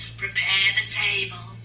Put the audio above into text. prepare the table,